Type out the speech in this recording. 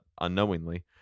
unknowingly